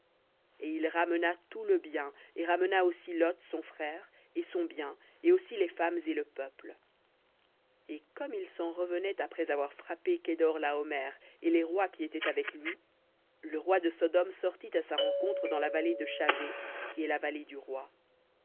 et il ramena tout le bien et ramena aussi lot son frère et son bien et aussi les femmes et le peuple et comme il s'en revenait après avoir frappé kedor laomer et les rois qui étaient avec lui le roi de sodome sortit à sa rencontre dans la vallée de shavé qui est la vallée du roi